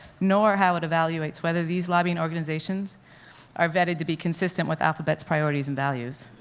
nor how it evaluates whether these lobbying organizations are vetted to be consistent with alphabet's priorities and values.